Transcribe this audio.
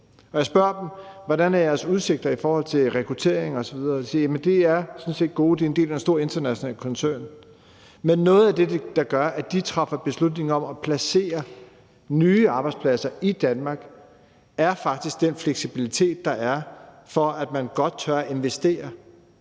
jeg spørger dem: Hvordan er jeres udsigter i forhold til rekruttering osv.? De siger, at de sådan set er gode – de er en del af en stor international koncern. Men noget af det, der gør, at de træffer beslutning om at placere nye arbejdspladser i Danmark, er faktisk den fleksibilitet, der er, så man godt tør investere